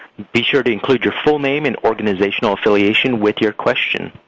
be sure to include your full name and organizational affiliation with your question.